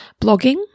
blogging